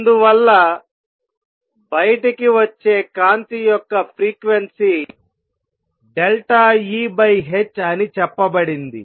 అందువల్ల బయటికి వచ్చే కాంతి యొక్క ఫ్రీక్వెన్సీ Ehఅని చెప్పబడింది